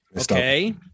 Okay